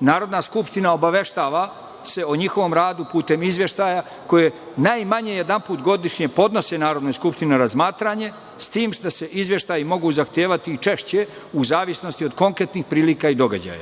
Narodna skupština obaveštava se o njihovom radu putem izveštaja, koje najmanje jedanput godišnje podnose Narodnoj skupštini na razmatranje, s tim što se izveštaji mogu zahtevati i češće, u zavisnosti od konkretnih prilika i